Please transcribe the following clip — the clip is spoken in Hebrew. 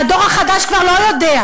והדור החדש כבר לא יודע.